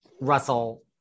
Russell